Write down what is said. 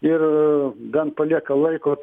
ir gan palieka laiko